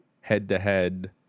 head-to-head